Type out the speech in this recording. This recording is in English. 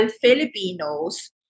Filipinos